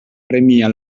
premia